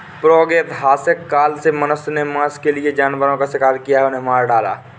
प्रागैतिहासिक काल से मनुष्य ने मांस के लिए जानवरों का शिकार किया, उन्हें मार डाला